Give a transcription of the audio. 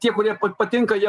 tie kurie patinka jie